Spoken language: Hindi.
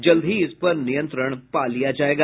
जल्द ही इस पर नियंत्रण पा लिया जायेगा